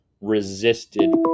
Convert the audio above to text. resisted